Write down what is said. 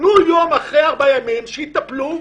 תנו יום אחרי ארבעה ימים שיטפלו,